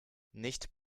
nicht